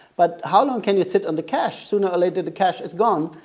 but how long can you sit on the cash? sooner or later the cash is gone,